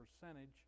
percentage